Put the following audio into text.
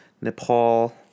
Nepal